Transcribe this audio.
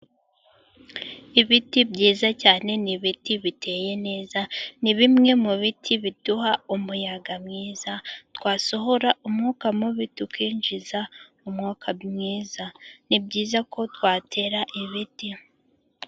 Ibiti byiza cyane ni ibiti biteye neza, ni bimwe mu biti biduha umuyaga mwiza twasohora umwuka mubi tukinjiza umwuka mwiza, ni byiza ko twatera ibiti.